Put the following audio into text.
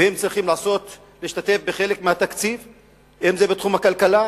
והם צריכים להשתתף בחלק מהתקציב, אם בתחום הכלכלה,